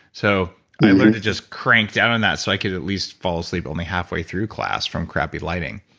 so i just cranked down on that so i could at least fall asleep only half way through class from crappy lighting.